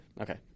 Okay